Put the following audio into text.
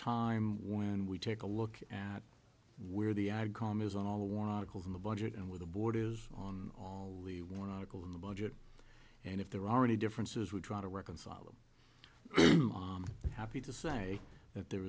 time when we take a look at where the ide column is on all the war articles in the budget and with the borders on all the one article in the budget and if there are already differences we try to reconcile them happy to say that there